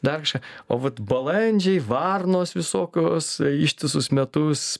dar kažką o vat balandžiai varnos visokios ištisus metus